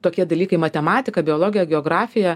tokie dalykai matematika biologija geografija